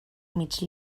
mig